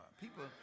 People